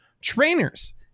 Trainers